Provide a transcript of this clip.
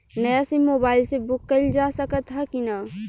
नया SIM mobile से book कइलजा सकत ह कि ना?